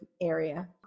area